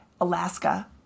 Alaska